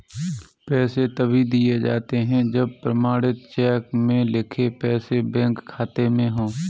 पैसे तभी दिए जाते है जब प्रमाणित चेक में लिखे पैसे बैंक खाते में हो